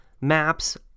maps